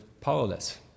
powerless